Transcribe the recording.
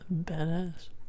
badass